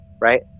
right